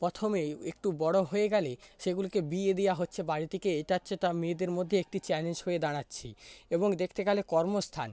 প্রথমেই একটু বড় হয়ে গেলে সেগুলিকে বিয়ে দেওয়া হচ্ছে বাড়ি থেকে এটা হচ্ছে তার মেয়েদের মধ্যে একটি চ্যালেঞ্জ হয়ে দাঁড়াচ্ছে এবং দেখতে গেলে কর্মস্থান